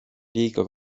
liiga